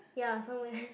ya